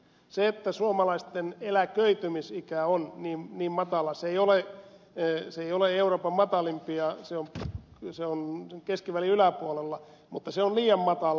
se että suomalaisten eläköitymisikä on niin matala se ei ole euroopan matalimpia se on keskivälin yläpuolella mutta se on liian matala